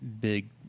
big